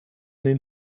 den